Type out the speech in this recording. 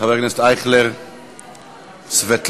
חבר הכנסת אייכלר, סבטלובה,